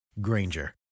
Granger